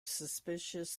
suspicions